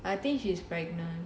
I think she's pregnant